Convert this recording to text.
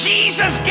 Jesus